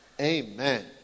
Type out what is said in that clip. Amen